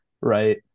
right